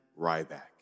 Ryback